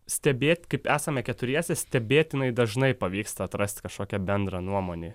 stebėt kaip esame keturiese stebėtinai dažnai pavyksta atrasti kažkokią bendrą nuomonė